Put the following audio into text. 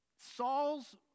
Saul's